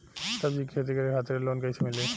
सब्जी के खेती करे खातिर लोन कइसे मिली?